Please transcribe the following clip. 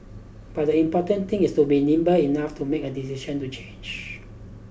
but the important thing is to be nimble enough to make a decision to change